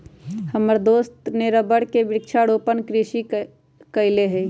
हमर दोस्त ने रबर के वृक्षारोपण कृषि कईले हई